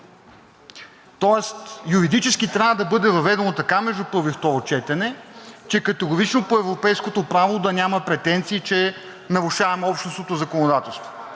Тоест юридически трябва да бъде въведено така между първо и второ четене, че категорично по европейското право да няма претенции, че нарушаваме общностното законодателство.